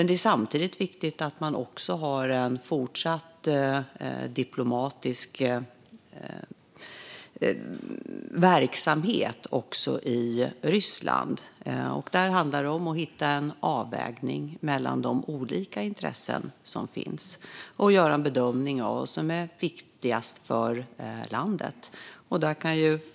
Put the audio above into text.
Det är samtidigt viktigt att man har en fortsatt diplomatisk verksamhet också i Ryssland. Då handlar det om att hitta en avvägning mellan de olika intressen som finns och göra en bedömning av vad som är viktigast för landet.